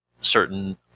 certain